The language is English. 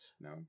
No